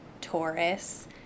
taurus